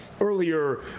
Earlier